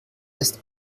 ist